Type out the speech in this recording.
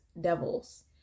devils